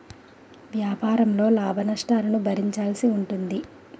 వ్యాపారంలో లాభనష్టాలను భరించాల్సి ఉంటుంది